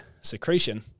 secretion